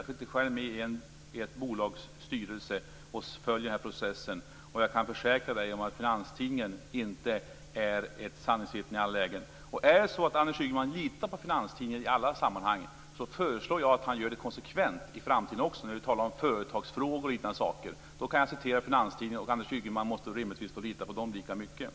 Jag sitter själv med i ett bolags styrelse och följer denna process. Jag kan försäkra Anders Ygeman om att Finanstidningen inte är ett sanningsvittne i alla lägen. Är det så att Anders Ygeman litar på Finanstidningen i alla sammanhang föreslår jag att han gör det konsekvent också i framtiden när vi talar om företagsfrågor och liknande saker. Då kan jag citera Finanstidningen, och Anders Ygeman måste rimligtvis lita på den lika mycket då.